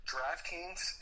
DraftKings